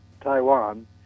Taiwan